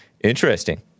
Interesting